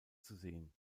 zusehen